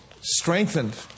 Strengthened